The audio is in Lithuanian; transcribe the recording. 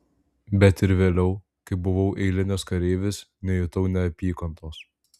bet ir vėliau kai buvau eilinis kareivis nejutau neapykantos